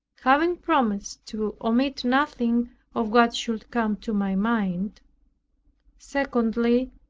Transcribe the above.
having promised to omit nothing of what should come to my mind secondly,